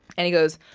and he goes,